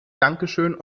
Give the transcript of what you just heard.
dankeschön